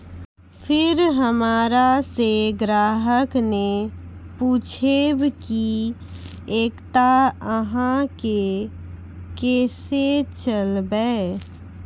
फिर हमारा से ग्राहक ने पुछेब की एकता अहाँ के केसे चलबै?